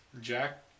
Jack